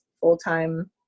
full-time